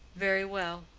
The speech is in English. very well,